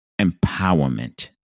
empowerment